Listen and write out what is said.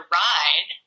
ride